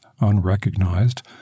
unrecognized